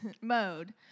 mode